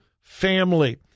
family